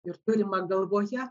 ir turima galvoje